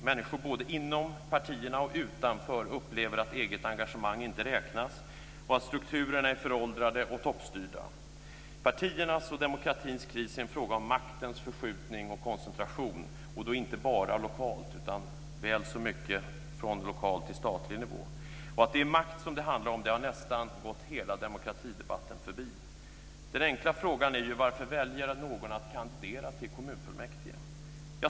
Människor både inom och utanför partierna upplever att eget engagemang inte räknas och att strukturerna är föråldrade och toppstyrda. Partiernas och demokratins kris är en fråga om maktens förskjutning och koncentration, och då inte bara lokalt utan väl så mycket från lokal till statlig nivå. Att det är makt som det handlar om har nästan gått hela demokratidebatten förbi. Den enkla frågan är ju varför någon väljer att kandidera till kommunfullmäktige.